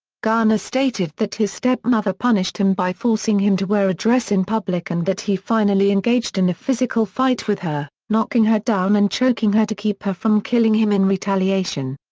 garner stated that his stepmother punished him by forcing him to wear a dress in public and that he finally engaged in a physical fight with her, knocking her down and choking her to keep her from killing him in retaliation.